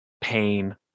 pain